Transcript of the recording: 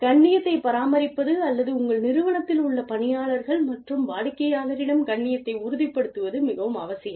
கண்ணியத்தைப் பராமரிப்பது அல்லது உங்கள் நிறுவனத்தில் உள்ள பணியாளர் கள் மற்றும் வாடிக்கையாளரிடம் கண்ணியத்தை உறுதிப்படுத்துவது மிகவும் அவசியம்